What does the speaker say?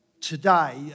today